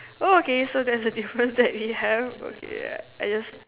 oh okay so that's the difference that we have okay I just